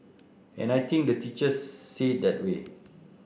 and I think the teachers see it that way